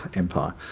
empire,